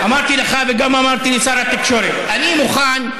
אמרתי לך ואמרתי גם לשר התקשורת: אני מוכן,